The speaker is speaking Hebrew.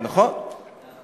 אז אל